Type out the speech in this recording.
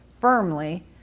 firmly